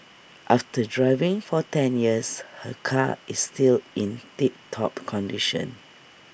after driving for ten years her car is still in tip top condition